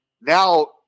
now